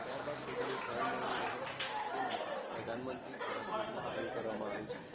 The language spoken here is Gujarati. ત્યારબાદ પોતાનું ઘર મળી રહે તે માટે પ્રધાનમંત્રી આવાસ યોજના શરું કરવામાં આવી છે